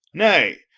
nay,